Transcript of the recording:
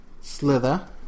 Slither